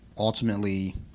Ultimately